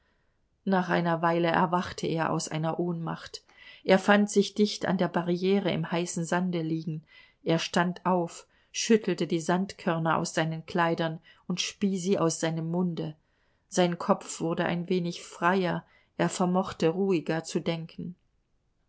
nach einer weile erwachte er aus einer ohnmacht er fand sich dicht an der barriere im heißen sande liegen er stand auf schüttelte die sandkörner aus seinen kleidern und spie sie aus seinem munde sein kopf wurde ein wenig freier er vermochte ruhiger zu denken